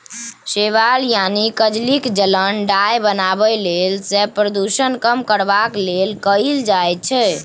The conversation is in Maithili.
शैबाल यानी कजलीक पालन डाय बनेबा लेल आ प्रदुषण कम करबाक लेल कएल जाइ छै